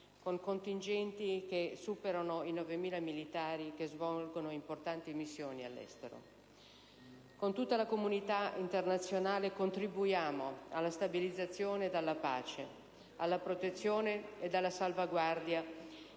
un contingente di circa 9.000 militari che svolgono importanti operazioni all'estero. Con tutta la comunità internazionale contribuiamo alla stabilizzazione, alla pace, alla protezione e alla salvaguardia